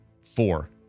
four